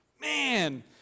Man